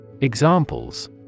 Examples